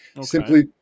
Simply